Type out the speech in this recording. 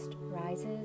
rises